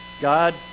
God